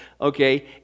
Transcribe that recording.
Okay